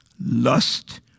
lust